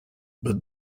but